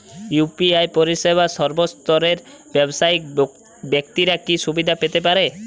UPI পরিসেবা সর্বস্তরের ব্যাবসায়িক ব্যাক্তিরা কি সুবিধা পেতে পারে?